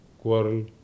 quarrel